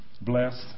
blessed